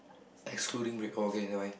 excluding break orh okay never mind